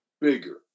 bigger